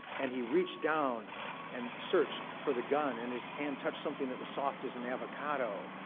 and he reached down and searched for the gun. and his hand touched something that was soft as an avocado.